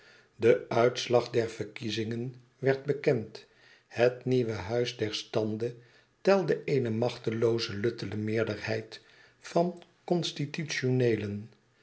de uitslag der verkiezingen werd bekend het nieuwe huis der standen telde eene machtelooze luttele meerderheid van constitutioneelen